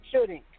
Shooting